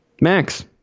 Max